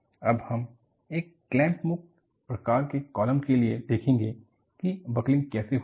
अब हम एक क्लैंप मुक्त प्रकार के कॉलम के लिए देखेंगे कि बकलिंग कैसे होती है